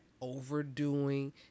overdoing